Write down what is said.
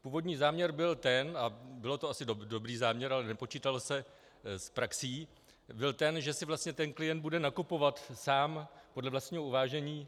Původní záměr byl ten a byl to asi dobrý záměr, ale nepočítalo se s praxí byl ten, že si vlastně klient bude služby nakupovat sám podle vlastního uvážení.